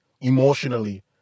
emotionally